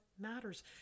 matters